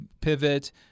pivot